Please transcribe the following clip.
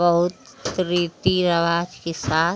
बहुत रीति रिवाज के साथ